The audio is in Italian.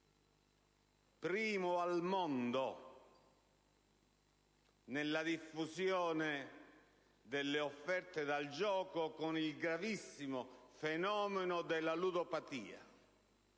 primo al mondo nella diffusione delle offerte da gioco, con il gravissimo fenomeno della ludopatia.